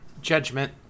Judgment